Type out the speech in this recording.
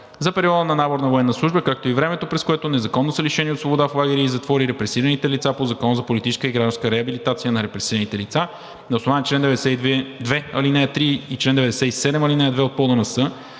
за периода на наборна военна служба, както и времето, през което незаконно са лишени от свобода в лагери и затвори репресираните лица по Закона за политическа и гражданска реабилитация на репресирани лица. На основание чл. 92, ал. 3 и чл. 97, ал. 2 от Правилника